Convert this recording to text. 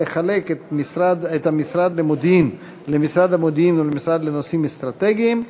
לחלק את משרד המודיעין למשרד המודיעין והמשרד לנושאים אסטרטגיים.